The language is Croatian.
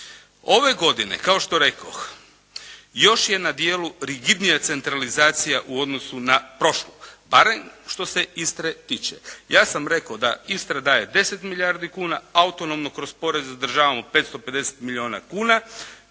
Ove godine kao što rekoh još je na dijelu rigidnija centralizacija u odnosu na prošlu barem što se Istre tiče. Ja sam rekao da Istra daje 10 milijuna kuna. Autonomno kroz porez zadržavamo 550 milijuna kuna.